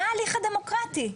זה ההליך הדמוקרטי.